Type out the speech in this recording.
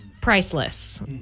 priceless